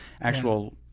actual